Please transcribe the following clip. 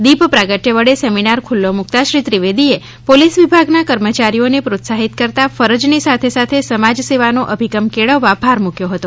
દીપ પ્રાગટય વડે સેમિનાર ખુલ્લો મૂકતા શ્રી ત્રિવેદીએ પોલીસ વિભાગના કર્મચારીઓને પ્રોત્સાહિત કરતા ફરજની સાથે સાથે સમાજસેવાનો અભિગમ કેળવવા પર ભાર મૂકયો હતો